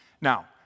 Now